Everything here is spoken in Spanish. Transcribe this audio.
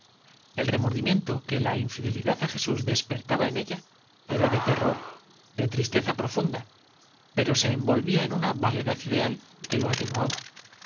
el remordimiento que la infidelidad a jesús despertaba en ella era de terror de tristeza profunda pero se envolvía en una vaguedad ideal que lo atenuaba